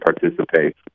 participate